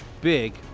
Big